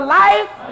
life